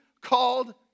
called